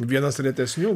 vienas retesnių